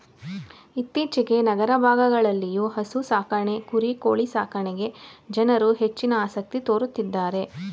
ಇತ್ತೀಚೆಗೆ ನಗರ ಭಾಗಗಳಲ್ಲಿಯೂ ಹಸು ಸಾಕಾಣೆ ಕುರಿ ಕೋಳಿ ಸಾಕಣೆಗೆ ಜನರು ಹೆಚ್ಚಿನ ಆಸಕ್ತಿ ತೋರುತ್ತಿದ್ದಾರೆ